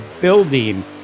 building